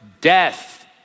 death